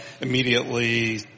immediately